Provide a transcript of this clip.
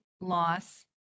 loss